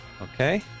okay